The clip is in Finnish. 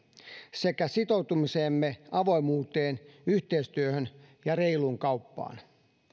sekä sitoutumiseemme avoimuuteen yhteistyöhön ja reiluun kauppaan